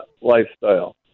lifestyle